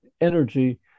energy